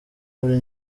muri